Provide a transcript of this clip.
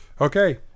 Okay